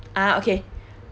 ah okay